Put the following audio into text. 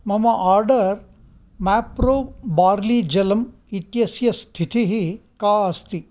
मम आर्डर् माप्रो बार्ली जलम् इत्यस्य स्थितिः का अस्ति